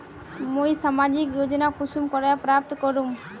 मुई सामाजिक योजना कुंसम करे प्राप्त करूम?